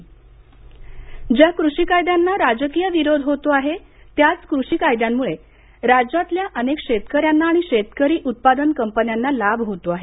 कृषी कायदा सर्या शेतकरी ज्या कृषी कायद्यांना राजकीय विरोध होतो आहे त्याच कृषी कायद्यामुळे राज्यातल्या अनेक शेतकऱ्यांना आणि शेतकरी उत्पादन कंपन्यांना लाभ होतो आहे